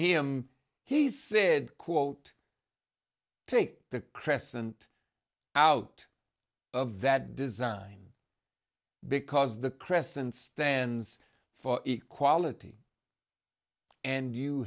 him he said quote take the crescent out of that design because the crescent stands for equality and you